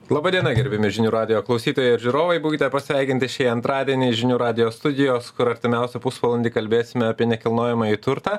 laba diena gerbiami žinių radijo klausytojai ir žiūrovai būkite pasveikinti šį antradienį žinių radijo studijos kur artimiausią pusvalandį kalbėsime apie nekilnojamąjį turtą